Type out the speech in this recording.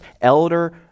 elder